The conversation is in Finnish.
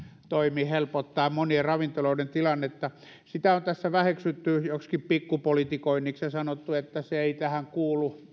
toimi helpottaa monien ravintoloiden tilannetta sitä on tässä väheksytty joksikin pikkupolitikoinniksi ja sanottu että alkoholipolitiikka ei tähän kuulu